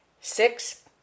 Six